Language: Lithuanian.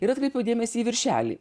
ir atkreipiau dėmesį į viršelį